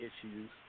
issues